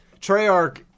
Treyarch